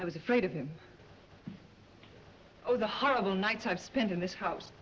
i was afraid of him oh the horrible night i've spent in this house